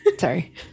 Sorry